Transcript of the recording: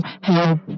help